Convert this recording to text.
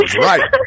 right